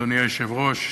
אדוני היושב-ראש,